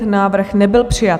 Návrh nebyl přijat.